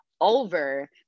over